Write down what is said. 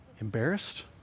embarrassed